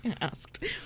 asked